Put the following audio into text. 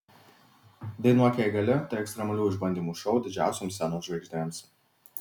dainuok jei gali tai ekstremalių išbandymų šou didžiausioms scenos žvaigždėms